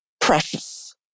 precious